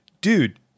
Dude